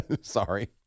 Sorry